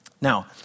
Now